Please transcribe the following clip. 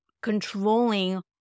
controlling